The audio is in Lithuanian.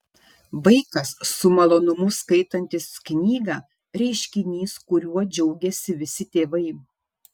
vaikas su malonumu skaitantis knygą reiškinys kuriuo džiaugiasi visi tėvai